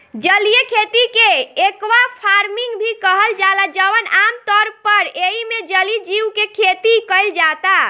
जलीय खेती के एक्वाफार्मिंग भी कहल जाला जवन आमतौर पर एइमे जलीय जीव के खेती कईल जाता